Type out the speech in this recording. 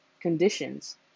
conditions